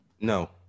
No